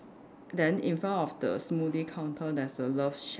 then in front of the smoothie counter there's a love shack